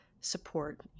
support